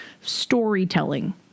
storytelling